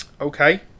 Okay